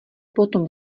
potom